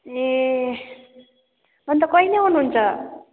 ए अन्त कहिले आउनुहुन्छ